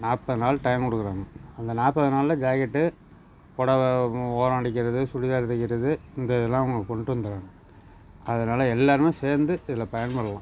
நாற்பது நாள் டயம் கொடுக்குறாங்க அந்த நாற்பது நாளில் ஜாக்கெட்டு பொடவை ஓரம் அடிக்கிறது சுடிதார் தைக்கிறது இந்த இதெல்லாம் அவங்க கொண்டு வந்துடறாங்க அதனால எல்லோருமே சேர்ந்து இதில் பயன் பெறலாம்